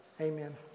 Amen